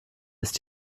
ist